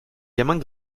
gamin